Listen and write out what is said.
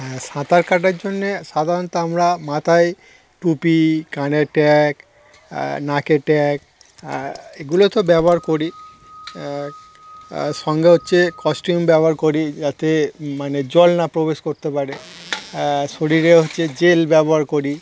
হ্যাঁ সাঁতার কাটার জন্যে সাধারণত আমরা মাথায় টুপি কানের ট্যাগ নাকের ট্যাগ এগুলো তো ব্যবহার করি সঙ্গে হচ্ছে কস্টিউম ব্যবহার করি যাতে মানে জল না প্রবেশ করতে পারে শরীরে হচ্ছে জেল ব্যবহার করি